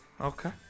Okay